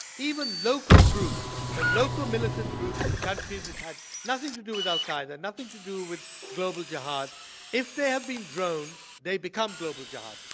even local groups local militant groups in countries which have nothing to do with al-qaeda, nothing to do with global jihad if they have been droned, they become global jihadists.